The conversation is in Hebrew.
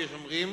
ויש אומרים